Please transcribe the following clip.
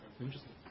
Interesting